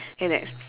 K next